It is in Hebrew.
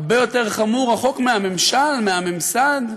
הרבה יותר חמור רחוק מהממשל, מהממסד,